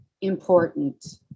important